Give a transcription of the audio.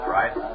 right